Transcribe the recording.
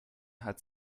hat